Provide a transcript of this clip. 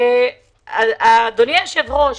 אדוני היושב-ראש,